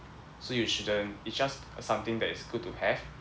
so you shouldn't it's just something that is good to have